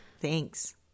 Thanks